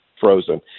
frozen